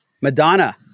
Madonna